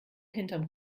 hinterm